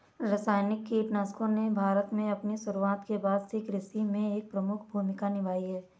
रासायनिक कीटनाशकों ने भारत में अपनी शुरूआत के बाद से कृषि में एक प्रमुख भूमिका निभाई हैं